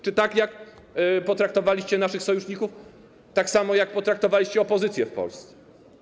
Czy potraktowaliście naszych sojuszników tak samo, jak potraktowaliście opozycję w Polsce?